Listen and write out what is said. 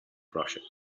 project